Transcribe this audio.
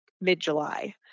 mid-July